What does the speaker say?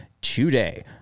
today